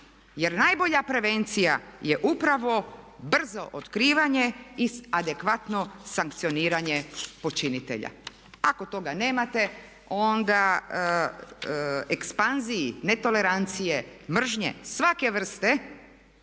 Jer najbolja prevencija je upravo brzo otkrivanje i adekvatno sankcioniranje počinitelja. Ako toga nemate onda ekspanziji netolerancije, mržnje svake vrste